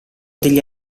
degli